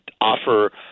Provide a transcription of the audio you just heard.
offer